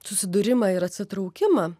susidūrimą ir atsitraukimą